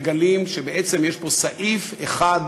מגלים שבעצם יש פה סעיף אחד